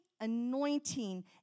anointing